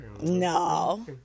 no